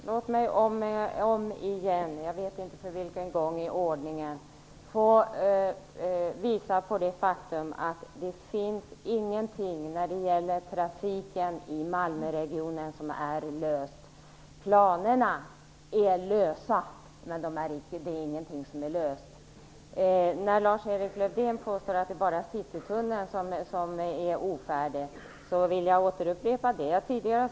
Fru talman! Låt mig om igen, jag vet inte för vilken gång i ordningen, få visa på det faktum att det inte finns någonting när det gäller trafiken i Malmöregionen som är löst. Planerna är lösa, men det är ingenting som är löst. När Lars-Erik Lövdén påstår att det bara är citytunnelprojektet som är ofärdigt vill jag upprepa det jag tidigare sagt.